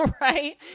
right